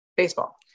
baseball